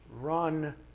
run